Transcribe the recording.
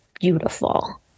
beautiful